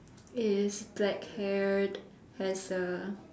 is black haired has a